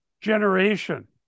generation